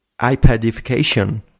iPadification